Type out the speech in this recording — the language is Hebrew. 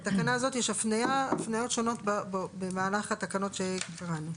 לתקנה זאת יש הפניות שונות במהלך התקנות שקראנו.